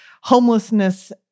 homelessness